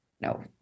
No